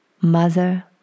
mother